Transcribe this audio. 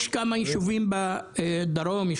יש כמה יישובים יהודיים בדרום ובצפון,